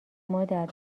مادر